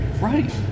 Right